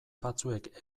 batzuek